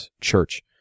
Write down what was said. church